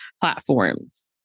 platforms